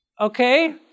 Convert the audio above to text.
Okay